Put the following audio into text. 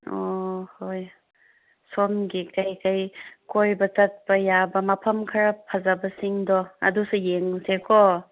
ꯑꯣ ꯍꯣꯏ ꯁꯣꯝꯒꯤ ꯀꯔꯤ ꯀꯔꯤ ꯀꯣꯏꯕ ꯆꯠꯄ ꯌꯥꯕ ꯃꯐꯝ ꯈꯔ ꯐꯖꯕꯁꯤꯡꯗꯣ ꯑꯗꯨꯁꯨ ꯌꯦꯡꯂꯨꯁꯦꯀꯣ